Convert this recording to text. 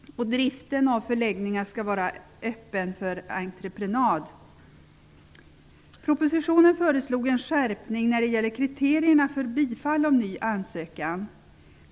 Driften av förläggningar skall vara öppen för entreprenad. Propositionen föreslog en skärpning när det gäller kriterierna för bifall av ny ansökan.